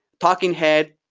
talking head,